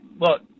Look